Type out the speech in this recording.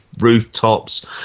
rooftops